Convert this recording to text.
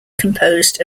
composed